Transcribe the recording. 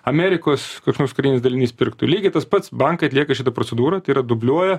amerikos koks nors karinis dalinys pirktų lygiai tas pats bankai atlieka šitą procedūrą tai yra dubliuoja